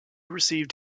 received